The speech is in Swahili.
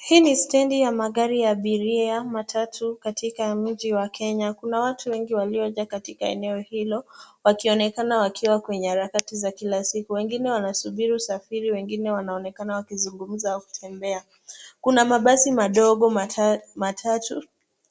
Hii ni stendi ya magari abiria matatu katika mji wa Kenya. Kuna watu wengi waliojaa katika eneo hilo, wakionekana wakiwa kwenye harakati za kila siku. Wengine wanasubiri usafiri, wengine wanaonekana wakizungumza au kutembea. Kuna mabasi madogo matatu